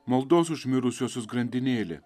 maldos už mirusiuosius grandinėlė